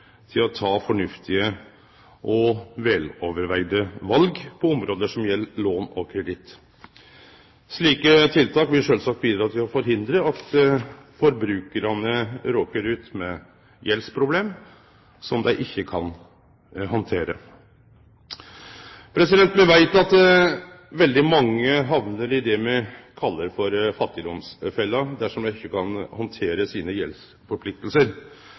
å ta fornuftige og godt førebudde val på område som gjeld lån og kreditt. Slike tiltak vil sjølvsagt bidra til å forhindre at forbrukarane råkar ut i gjeldsproblem som dei ikkje kan handtere. Me veit at veldig mange hamnar i det me kallar for fattigdomsfella dersom dei ikkje kan handtere gjeldspliktene sine.